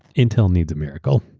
intel needs a miracle.